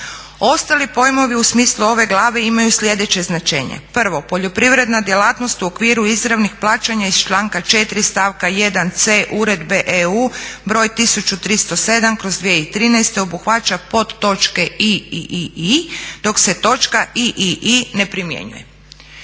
Ostali pojmovi u smislu ove glave imaju sljedeće značenje. Prvo, poljoprivredna djelatnost u okviru izravnih plaćanja iz članka 4. stavka 1.c Uredbe EU broj 1307/2013 obuhvaća podtočke i i ii, dok se točka iii ne primjenjuje.